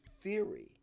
theory